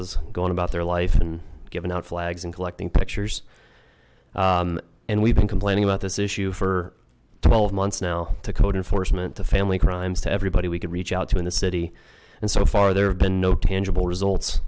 has gone about their life and given out flags and collecting pictures and we've been complaining about this issue for twelve months now to code enforcement to family crimes to everybody we can reach out to in the city and so far there have been no tangible results